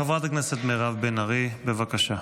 חברת הכנסת מירב בן ארי, בבקשה.